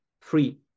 free